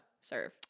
serve